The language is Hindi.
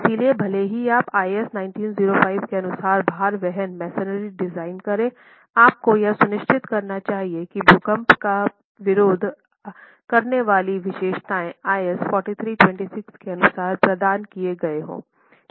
इसलिए भले ही आप IS 1905 के अनुसार भार वहन मैसनरी डिजाइन करें आपको यह सुनिश्चित करना चाहिए कि भूकंप का विरोध करने वाली विशेषताएं IS 4326 के अनुसार प्रदान किया गया हो